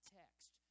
text